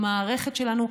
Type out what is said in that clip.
המערכת שלנו,